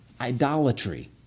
idolatry